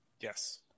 Yes